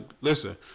listen